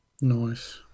Nice